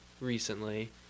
recently